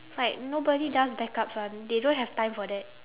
it's like nobody does backups [one] they don't have time for that